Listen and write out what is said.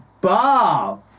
Bob